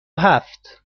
هفت